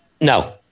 No